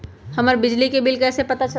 हमर बिजली के बिल कैसे पता चलतै?